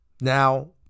Now